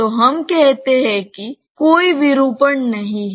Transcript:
तो हम कहते हैं कि कोई विरूपण नहीं है